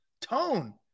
tone